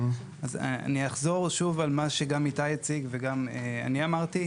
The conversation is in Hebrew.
אני אחזור שוב על מה שגם איתי הציג וגם אני אמרתי: